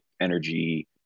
energy